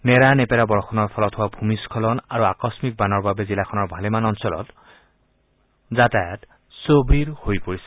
নেৰানেপেৰা বৰষুণৰ ফলত হোৱা ভূমিস্খলন আৰু আকস্মিক বানৰ বাবে জিলাখনৰ ভালেমান অঞ্চলত যাতায়াত স্থবিৰ হৈ পৰিছে